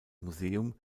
museum